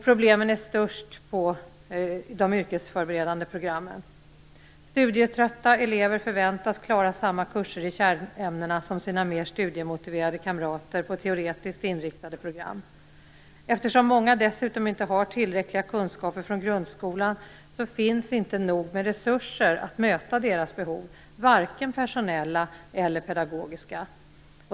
Problemen är störst på de yrkesförberedande programmen. Studietrötta elever förväntas klara samma kurser i kärnämnena som sina mer studiemotiverade kamrater på teoretiskt inriktade program. Många har dessutom inte tillräckliga kunskaper från grundskolan, och det finns inte nog med resurser att möta deras behov, varken personella eller pedagogiska.